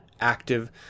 active